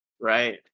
Right